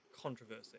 controversy